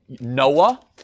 Noah